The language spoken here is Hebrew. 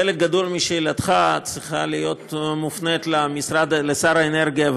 חלק גדול משאלתך צריך להיות מופנה לשר האנרגיה,